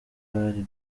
bari